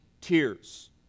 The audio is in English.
tears